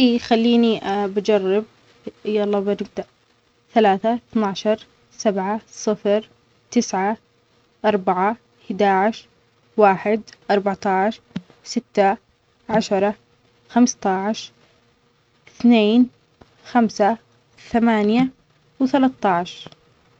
ايي خليني بجرب. يلا بنبدأ. ثلاثه، اثناشر سبعه، صفر، تسعه، أربعه، حداش، واحد، أربعة عشر، ستة، عشره، خمستاش، ثنين، خمسه، ثمانيه وتلتاش.